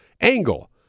angle